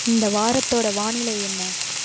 இந்த வாரத்தோட வானிலை என்ன